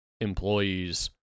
employees